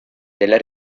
della